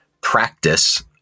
practice